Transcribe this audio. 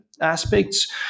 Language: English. aspects